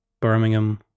Birmingham